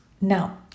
now